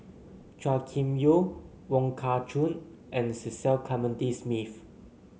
Chua Kim Yeow Wong Kah Chun and Cecil Clementi Smith